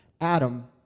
Adam